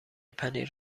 پنیر